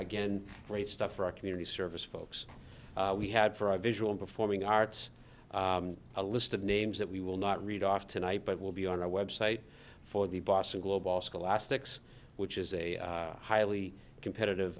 again great stuff for our community service folks we had for our visual performing arts a list of names that we will not read off tonight but will be on our website for the boston globe all scholastics which is a highly competitive